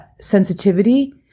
sensitivity